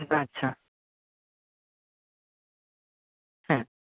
আচ্ছা হ্যাঁ